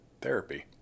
therapy